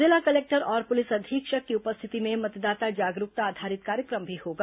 जिला कलेक्टर और पुलिस अधीक्षक की उपस्थिति में मतदाता जागरूकता आधारित कार्यक्रम भी होगा